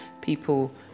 people